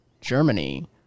Germany